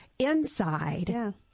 inside